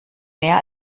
mehr